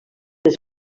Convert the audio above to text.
les